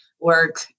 work